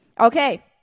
Okay